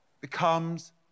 becomes